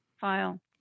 File